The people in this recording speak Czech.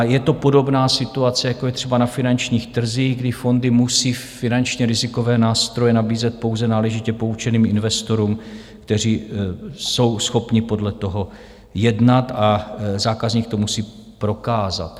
Je to podobná situace, jako je třeba na finančních trzích, kdy fondy musí finančně rizikové nástroje nabízet pouze náležitě poučeným investorům, kteří jsou schopni podle toho jednat, a zákazník to musí prokázat.